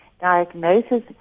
diagnosis